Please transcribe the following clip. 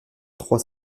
trois